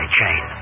chain